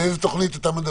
על איזו תוכנית אתה מדבר?